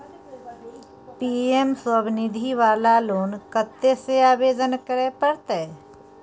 PM Svanidhi वाला loan कत्ते से आवेदन करे परतै?